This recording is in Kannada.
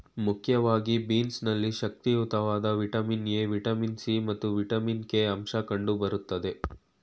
ಮುಖ್ಯವಾಗಿ ಬೀನ್ಸ್ ನಲ್ಲಿ ಶಕ್ತಿಯುತವಾದ ವಿಟಮಿನ್ ಎ, ವಿಟಮಿನ್ ಸಿ ಮತ್ತು ವಿಟಮಿನ್ ಕೆ ಅಂಶ ಕಂಡು ಬರ್ತದೆ